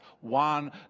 one